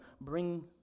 bring